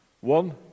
One